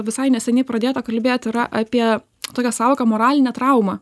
visai neseniai pradėta kalbėt yra apie tokią sąvoką moralinę traumą